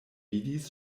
vidis